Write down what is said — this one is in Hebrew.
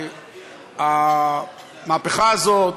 המהפכה הזאת,